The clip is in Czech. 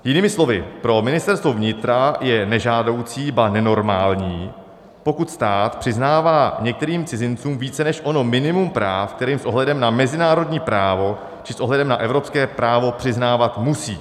Jinými slovy, pro Ministerstvo vnitra je nežádoucí, ba nenormální, pokud stát přiznává některým cizincům více než ono minimum práv, které s ohledem na mezinárodní právo či s ohledem na evropské právo přiznávat musí.